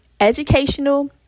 educational